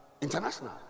international